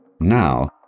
Now